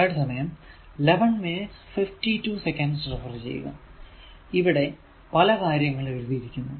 ഇവിടെ പല കാര്യങ്ങൾ എഴുതിയിരിക്കുന്നു